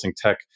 tech